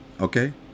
Okay